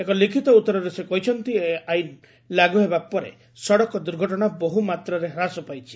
ଏକ ଲିଖିତ ଉତ୍ତରରେ ସେ କହିଛନ୍ତି ଏହି ଆଇନ୍ ଲାଗୁ ହେବା ପରେ ସଡ଼କ ଦୁର୍ଘଟଣା ବହୁ ମାତ୍ରାରେ ହ୍ରାସ ପାଇଛି